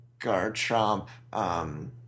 Garchomp